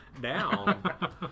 down